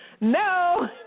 No